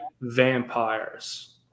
vampires